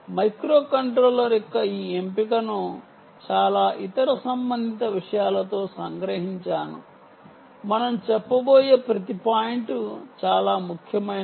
microcontroller యొక్క ఈ ఎంపికను చాలా ఇతర సంబంధిత విషయాలతో సంగ్రహించాను మనం చెప్పబోయే ప్రతి పాయింట్ చాలా ముఖ్యమైనవి